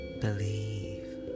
Believe